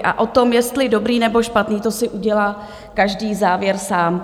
A o tom, jestli dobrý, nebo špatný, to si udělá každý závěr sám.